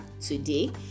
today